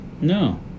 No